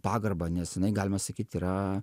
pagarba nes jinai galima sakyt yra